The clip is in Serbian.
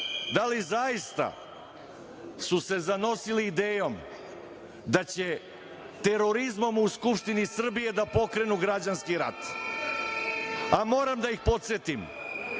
su se zaista zanosili idejom da će terorizmom u Skupštini Srbije da pokrenu građanski rat? Moram da ih podsetim